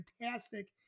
fantastic